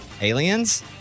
aliens